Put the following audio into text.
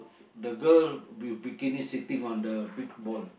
the girl with bikini sitting on the big ball